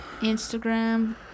Instagram